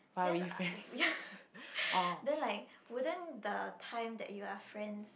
then uh ya then like wouldn't the time that you are friends